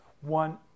one